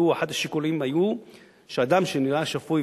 אחד השיקולים היה שאדם שנראה שפוי,